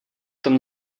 tom